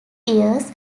years